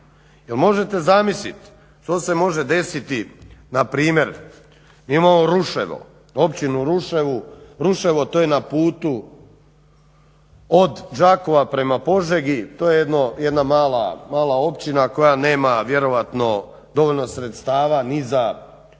možete zamislit što se može desiti. Npr. imamo Općinu Ruševo, to je na putu od Đakova prema Požegi, to je jedna mala općina koja nema vjerojatno dovoljno sredstava ni za plaću